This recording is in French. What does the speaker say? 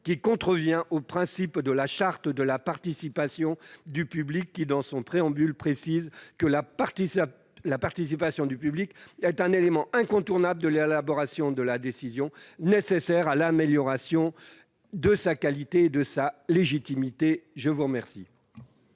qui contrevient au principe de la Charte de la participation du public [...] qui dans son préambule précise que " la participation du public est un élément incontournable de l'élaboration de la décision, nécessaire à l'amélioration de sa qualité et de sa légitimité ".» Je suis